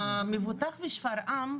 המבוטח משפרעם,